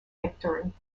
victory